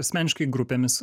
asmeniškai grupėmis